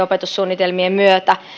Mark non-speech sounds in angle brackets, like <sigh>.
<unintelligible> opetussuunnitelmien myötä